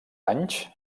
anys